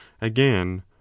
again